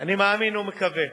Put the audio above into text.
אני מאמין ומקווה